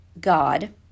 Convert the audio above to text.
God